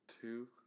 two